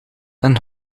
een